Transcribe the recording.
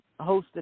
hosted